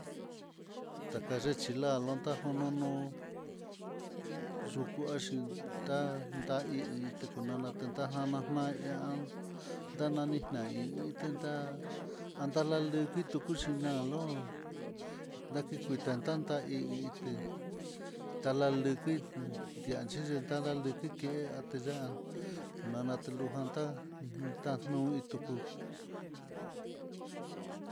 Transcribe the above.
Takalexhi nrá junta jununu yukuangui tá daii tekuna natendá, nana noian ndanani naí itenda analandi tindú kuxhina hó ndaki kuita tantá hí hidé laluki ndia yendeda laliki kué atenyán, natelujan tá un ndanu ituku.